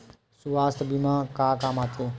सुवास्थ बीमा का काम आ थे?